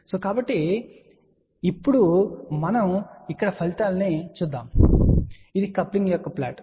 కాబట్టి ఇప్పుడు మనం ఇక్కడ ఫలితాలను చూద్దాం ఇది కప్లింగ్ యొక్క ప్లాట్